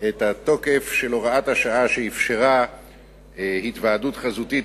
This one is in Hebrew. להאריך את התוקף של הוראת השעה שאפשרה היוועדות חזותית